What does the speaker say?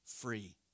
free